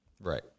right